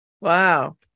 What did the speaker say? Wow